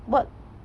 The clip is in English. but